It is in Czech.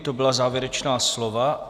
To byla závěrečná slova.